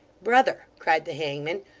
brother cried the hangman.